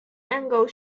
angle